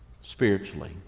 Spiritually